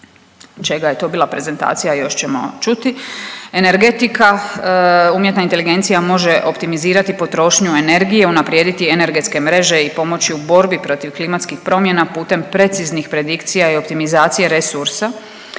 čega je to bila prezentacija još ćemo čuti. Energetika, umjetna inteligencija može optimizirati potrošnju energije, unaprijediti energetske mreže i pomoći u borbi protiv klimatskih promjena putem preciznih predikcija i optimizacije resursa